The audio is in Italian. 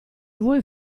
vuoi